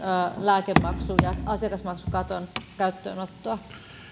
lääkemaksu ja asiakasmaksukaton käyttöönottoa